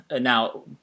Now